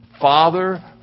Father